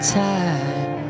time